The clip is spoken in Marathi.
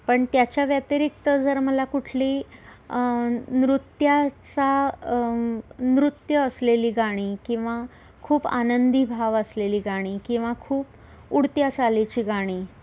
पण त्याच्या व्यतिरिक्त जर मला कुठली नृत्याचा नृत्य असलेली गाणी किंवा खूप आनंदी भाव असलेली गाणी किंवा खूप उडत्या चालीची गाणी